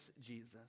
Jesus